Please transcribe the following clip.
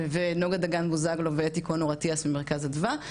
ונגה דגן בוזגלו ואתי כהן אטיאס ממרכז אדווה,